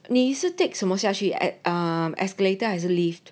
你是 take 什么下去 at um escalator 还是 lift